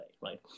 right